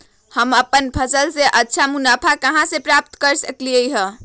हम अपन फसल से अच्छा मुनाफा कहाँ से प्राप्त कर सकलियै ह?